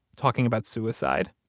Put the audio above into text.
talking about suicide.